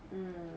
mm